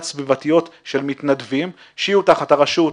סביבתיות של מתנדבים שיהיו תחת הרשות,